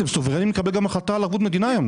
אתם סוברנים לקבל גם החלטה על ערבות מדינה היום.